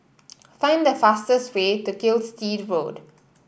find the fastest way to Gilstead Road